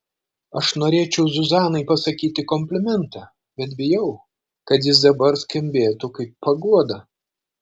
aš norėčiau zuzanai pasakyti komplimentą bet bijau kad jis dabar skambėtų kaip paguoda